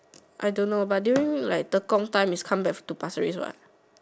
I don't know but during like Tekong time is come back to pasir-ris what